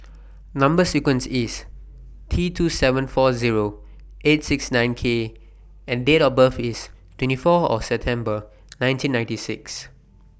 Number sequence IS T two seven four Zero eight six nine K and Date of birth IS twenty four September nineteen ninety six